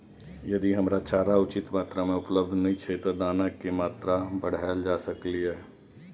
यदि हरा चारा उचित मात्रा में उपलब्ध नय छै ते दाना की मात्रा बढायल जा सकलिए?